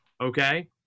okay